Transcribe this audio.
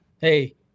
hey